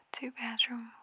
Two-bedroom